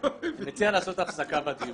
אני מציע לעשות הפסקה בדיון.